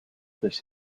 this